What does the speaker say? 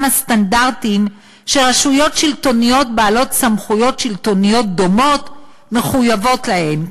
הסטנדרטים שרשויות שלטוניות בעלות סמכויות שלטוניות דומות מחויבות להם,